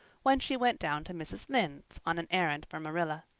when she went down to mrs. lynde's on an errand for marilla.